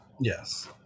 Yes